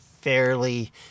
fairly